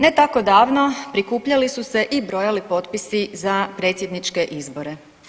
Ne tako davno prikupljali su se i brojali potpisi za predsjedničke izbore.